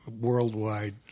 worldwide